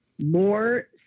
more